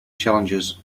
challenges